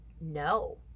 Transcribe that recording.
No